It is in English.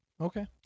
okay